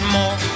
more